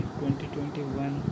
2021